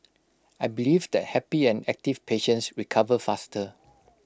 I believe that happy and active patients recover faster